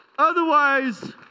Otherwise